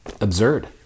absurd